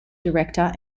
director